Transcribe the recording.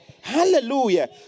Hallelujah